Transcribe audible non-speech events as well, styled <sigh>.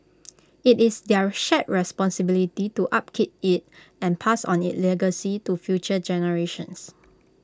<noise> IT is their shared responsibility to upkeep IT and pass on its legacy to future generations